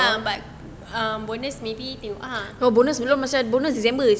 uh